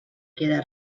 queda